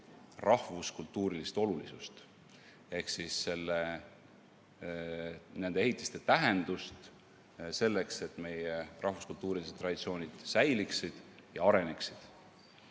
rahvuskultuurilist olulisust ehk siis nende ehitiste tähtsust selleks, et meie rahvuskultuurilised traditsioonid säiliksid ja areneksid.